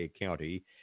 County